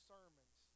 sermons